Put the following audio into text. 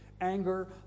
Anger